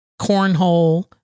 cornhole